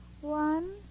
One